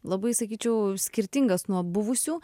labai sakyčiau skirtingas nuo buvusių